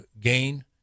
gain